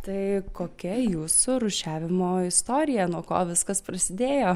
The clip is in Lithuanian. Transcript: tai kokia jūsų rūšiavimo istorija nuo ko viskas prasidėjo